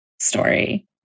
story